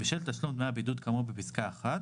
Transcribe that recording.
בשל תשלום דמי הבידוד כאמור בפסקה (1),